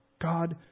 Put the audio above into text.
God